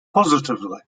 positively